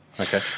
okay